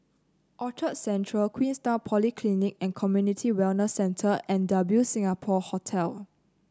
Orchard Central Queenstown Polyclinic and Community Wellness Centre and W Singapore Hotel